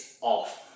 off